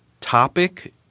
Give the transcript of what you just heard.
topic